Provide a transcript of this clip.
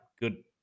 good